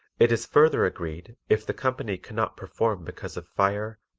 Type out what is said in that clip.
it is further agreed if the company cannot perform because of fire,